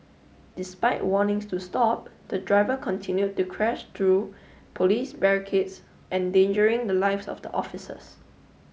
despite warnings to stop the driver continued to crash through police barricades endangering the lives of the officers